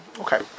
Okay